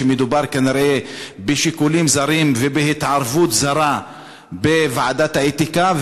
שמדובר כנראה בשיקולים זרים ובהתערבות זרה בוועדת האתיקה.